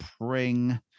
pring